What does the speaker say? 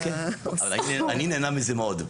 אני נהנה מזה מאוד.